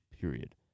period